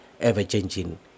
ever-changing